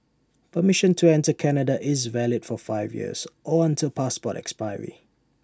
permission to enter Canada is valid for five years or until passport expiry